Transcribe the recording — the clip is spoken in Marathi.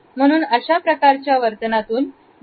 म्हणून अशा प्रकारचे वर्तनातून व्यक्तीच्या स्थितीचे आकलन होते